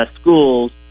schools